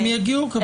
הם יגיעו בשגרה.